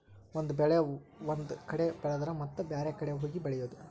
ಒಂದ ಬೆಳೆ ಒಂದ ಕಡೆ ಬೆಳೆದರ ಮತ್ತ ಬ್ಯಾರೆ ಕಡೆ ಹೋಗಿ ಬೆಳಿಯುದ